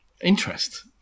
interest